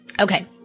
Okay